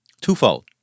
twofold